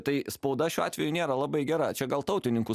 tai spauda šiuo atveju nėra labai gera čia gal tautininkų